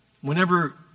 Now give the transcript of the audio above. Whenever